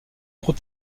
gros